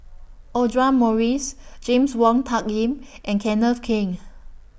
Audra Morrice James Wong Tuck Yim and Kenneth Keng